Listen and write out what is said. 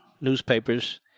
newspapers